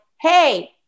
hey